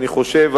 אני חושב,